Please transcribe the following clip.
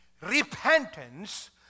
repentance